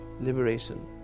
liberation